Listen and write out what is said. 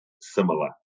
similar